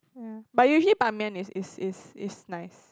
but usually Ban-Mian is is is is nice